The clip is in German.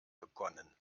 begonnen